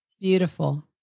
Beautiful